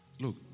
Look